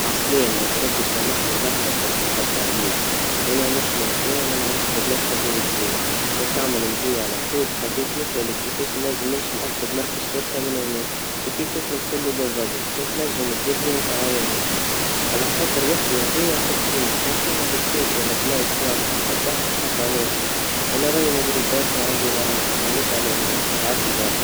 عالسلامة بربي تسامحني, لحظة كان ثقلت عليك, أنا موش من هنيا ومنعرفش مكان مركز الشرطا, كان تعمل مزيا على اخوك, حبيت نسأك كيفاش نجم نمشي لأقرب مركز شرطا من هنا, وكيفاش نوصله بالظبط, كنت نجم تديرني وتعاوني, على خاطر واحدا نديه فالتريخ, كيف هم نفتيت ولا بلاس واضحة نتبعهم حتى نوصل, هنا راهي نزروب برشا وعندي ما نعمل هاديك علام, منحبش نتعطل برشا.